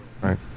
right